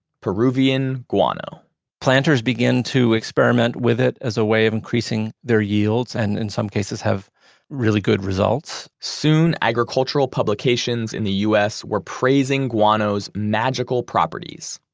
peruvian guano planters begin to experiment with it as a way of increasing their yields and in some cases have really good results soon agricultural publications in the us were praising guano's magical properties,